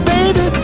Baby